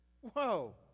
whoa